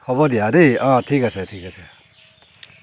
হ'ব দিয়া দেই অঁ ঠিক আছে ঠিক আছে